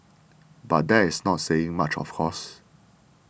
but that's not saying much of course